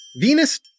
Venus